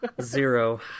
Zero